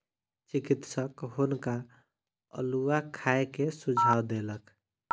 चिकित्सक हुनका अउलुआ खाय के सुझाव देलक